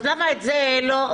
אז למה את זה לא?